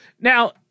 Now